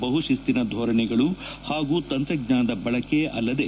ಬಹು ಶಿಕ್ಷಿನ ಧೋರಣೆಗಳು ಹಾಗೂ ತಂತ್ರಜ್ವಾನದ ಬಳಕೆ ಅಲ್ಲದೇ